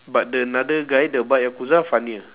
but the another guy the bak yakuza funnier